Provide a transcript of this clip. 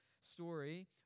story